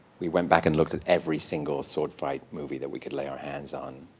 we went back and looked at every single sword fight movie that we could lay our hands on.